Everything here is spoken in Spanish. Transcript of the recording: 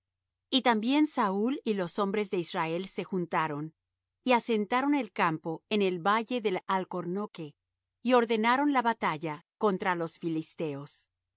y también saúl y los hombres de israel se juntaron y asentaron el campo en el valle del alcornoque y ordenaron la batalla contra los filisteos y